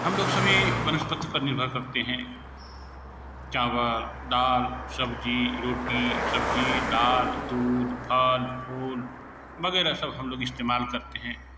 हम लोग सभी वनसपती पर निर्भर करते हैं चावल दाल सब्ज़ी रोटी सब्ज़ी दाल दूध फल फूल वगैरह सब हम लोग इस्तेमाल करते हैं